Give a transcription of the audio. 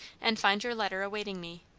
and find your letter awaiting me.